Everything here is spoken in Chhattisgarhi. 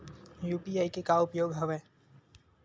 यू.पी.आई के का उपयोग हवय?